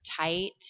tight